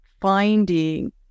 finding